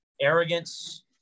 arrogance